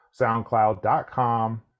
SoundCloud.com